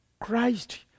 Christ